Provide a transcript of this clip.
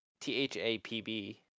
T-H-A-P-B